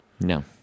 No